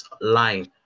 line